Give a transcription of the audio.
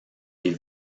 des